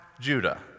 Judah